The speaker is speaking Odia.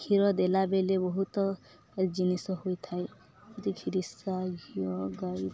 କ୍ଷୀର ଦେଲାବେେଳେ ବହୁତ ଜିନିଷ ହୋଇଥାଏ ଘିରିସ ଘିଅ ଗାଈ